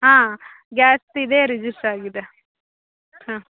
ಹಾಂ ಗ್ಯಾಸ್ದು ಇದೇ ರಿಜಿಸ್ಟ್ರ್ ಆಗಿದೆ ಹಾಂ